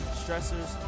stressors